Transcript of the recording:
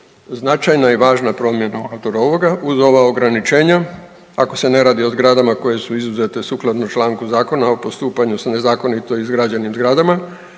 značajna i važna promjena unutar ovoga uz ova ograničenja ako se ne radi o zgradama koje su izuzete sukladno članku Zakona o postupanju s nezakonito izgrađenim zgradama